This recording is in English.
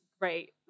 great